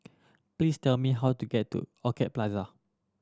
please tell me how to get to Orchid Plaza